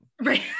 right